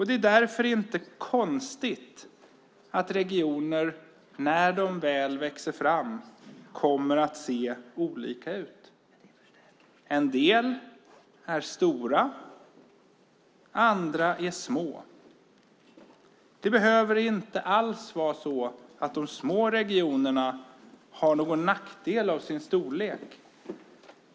Det är därför inte konstigt att regioner, när de väl växer fram, kommer att se olika ut. En del är stora, och andra är små. Det behöver inte alls vara så att de små regionerna har någon nackdel av sin storlek.